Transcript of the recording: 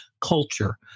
culture